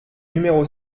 numéro